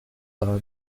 are